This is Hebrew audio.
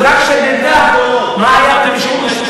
לא נכון, אז רק שתדע מה היה כאן ב-1998.